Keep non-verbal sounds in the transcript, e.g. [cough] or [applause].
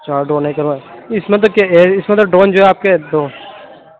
[unintelligible] اِس میں تو اِس میں تو ڈرون جو ہے آپ کے دو